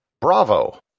Bravo